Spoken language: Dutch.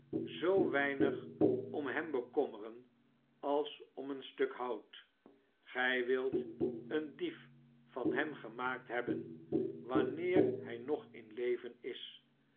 zoo weinig om hem bekommeren als om een stuk hout gij wilt een dief van hem gemaakt hebben wanneer hij nog in leven is